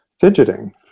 fidgeting